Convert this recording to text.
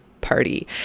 party